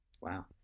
Wow